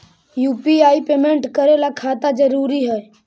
UPI payment करे ला खाता जरूरी है?